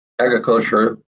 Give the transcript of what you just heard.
agriculture